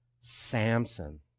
Samson